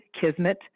kismet